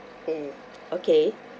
mm okay